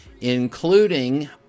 including